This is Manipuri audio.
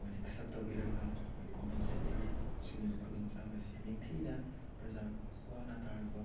ꯃꯣꯏꯅ ꯑꯦꯛꯁꯦꯞ ꯇꯧꯕꯤꯔꯒ ꯃꯣꯏ ꯒꯣꯕꯔꯃꯦꯟ ꯁꯥꯏꯠꯇꯒꯤ ꯁꯤꯒꯨꯝꯕ ꯈꯨꯗꯣꯡꯆꯥꯕ ꯑꯁꯤ ꯅꯤꯡꯊꯤꯅ ꯄꯔꯖꯥ ꯑꯋꯥ ꯑꯅꯥ ꯇꯥꯔꯕ